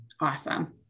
Awesome